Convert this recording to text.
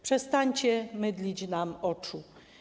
Przestańcie mydlić nam oczy.